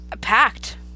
packed